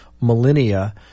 millennia